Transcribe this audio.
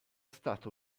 stato